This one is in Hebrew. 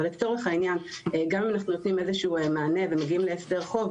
אבל לצורך העניין גם אם אנחנו נותנים איזשהו מענה ומגיעים להסדר חוב,